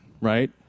right